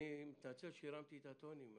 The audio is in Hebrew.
אני מתנצל שהרמתי את עוצמת הטונים.